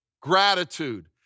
gratitude